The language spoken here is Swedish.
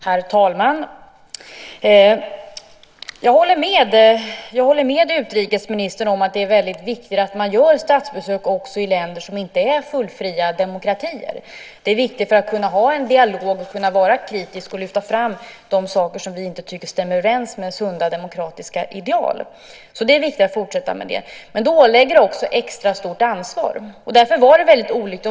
Herr talman! Jag håller med utrikesministern om att det är viktigt att man gör statsbesök också i länder som inte är fullt fria demokratier. Det är viktigt för att kunna ha en dialog, vara kritisk och lyfta fram de saker som vi inte tycker stämmer överens med sunda demokratiska ideal. Det är viktigt att fortsätta med det. Men det ålägger också extra stort ansvar. Därför var detta olyckligt.